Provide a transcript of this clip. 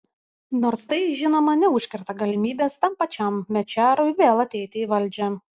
nors tai žinoma neužkerta galimybės tam pačiam mečiarui vėl ateiti į valdžią